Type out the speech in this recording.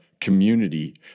community